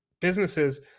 businesses